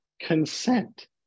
consent